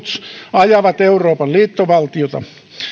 ajavat euroopan liittovaltiota